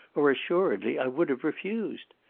or assuredly i would have refused.